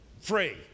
free